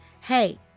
Hey